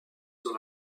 sur